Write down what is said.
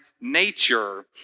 nature